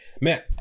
man